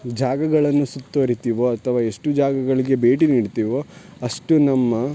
ಜಾಗಗಳನ್ನು ಸುತ್ತುವರಿತೀವೋ ಅಥವಾ ಎಷ್ಟು ಜಾಗಗಳಿಗೆ ಭೇಟಿ ನೀಡ್ತೀವೋ ಅಷ್ಟು ನಮ್ಮ